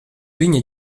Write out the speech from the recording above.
viņa